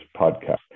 podcast